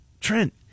Trent